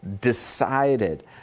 decided